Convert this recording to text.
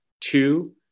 Two